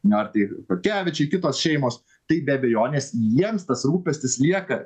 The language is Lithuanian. nu ar ai potkevičiai kitos šeimos tai be abejonės jiems tas rūpestis lieka